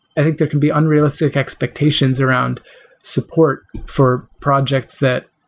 i think there can be unrealistic expectations around support for projects that